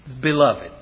beloved